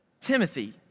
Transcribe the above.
Timothy